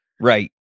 Right